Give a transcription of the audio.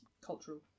cultural